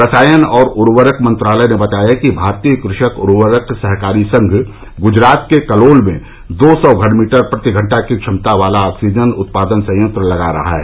रसायन और उर्वरक मंत्रालय ने बताया कि भारतीय कृषक उर्वरक सहकारी संघ गुजरात के कलोल में दो सौ घनमीटर प्रतिघंटा की क्षमता वाला ऑक्सीजन उत्पादन संयंत्र लगा रहा है